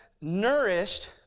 nourished